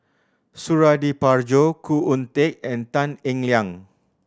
Suradi Parjo Khoo Oon Teik and Tan Eng Liang